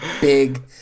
big